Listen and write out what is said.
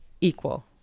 equal